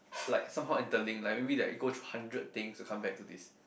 like somehow interlink like maybe like you go through hundred things to come back to this